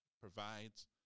provides